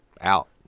out